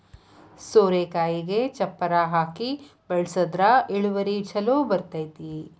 ಸೋರೆಕಾಯಿಗೆ ಚಪ್ಪರಾ ಹಾಕಿ ಬೆಳ್ಸದ್ರ ಇಳುವರಿ ಛಲೋ ಬರ್ತೈತಿ